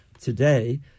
today